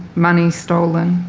money stolen,